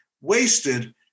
wasted